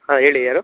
ಹಾಂ ಹೇಳಿ ಯಾರು